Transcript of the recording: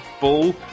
ball